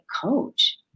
coach